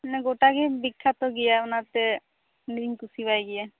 ᱱᱮ ᱜᱚᱴᱟᱜᱮ ᱵᱤᱠᱽᱠᱷᱟᱛᱚ ᱜᱮᱭᱟᱭ ᱚᱱᱟᱛᱮ ᱱᱩᱭᱤᱧ ᱠᱩᱥᱤᱭᱟᱭ ᱜᱮᱭᱟ